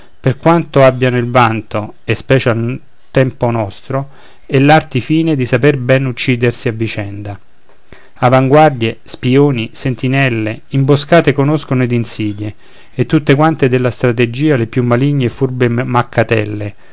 per quanto abbiano il vanto e specie al tempo nostro e l'arti fine di saper ben uccidersi a vicenda avanguardie spïoni sentinelle imboscate conoscono ed insidie e tutte quante della strategia le più maligne e furbe maccatelle